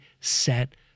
set